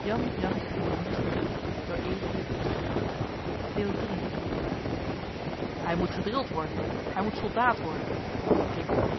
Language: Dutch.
hij moet gedrild hij moet soldaat worden klinkt het